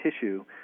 tissue